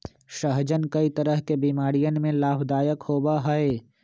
सहजन कई तरह के बीमारियन में लाभदायक होबा हई